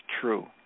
true